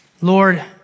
Lord